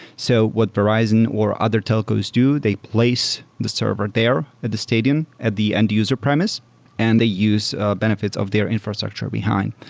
so what verizon or other telcos do, they place the server there at the stadium at the end user premise and they use benefits of their infrastructure behind,